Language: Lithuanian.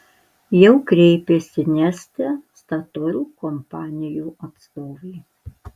jau kreipėsi neste statoil kompanijų atstovai